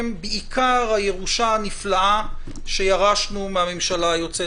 בעיקר הירושה הנפלאה שירשנו מהממשלה היוצאת.